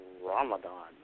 Ramadan